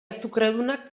azukredunak